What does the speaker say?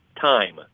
time